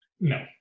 No